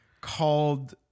called